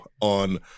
on